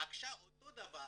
אותו דבר,